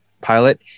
pilot